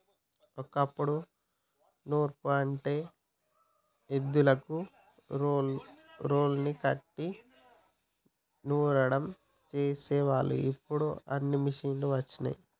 ఓ కప్పుడు నూర్పు అంటే ఎద్దులకు రోలుని కట్టి నూర్సడం చేసేవాళ్ళు ఇప్పుడు అన్నీ మిషనులు వచ్చినయ్